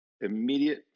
immediate